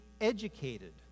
educated